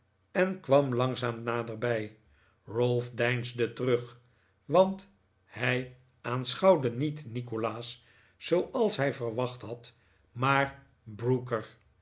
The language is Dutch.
en kwam langzaam naderbij ralph deinsde terug want hij aanschouwde niet nikolaas zooals hij verwacht had maar brooker